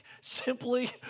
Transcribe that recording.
simply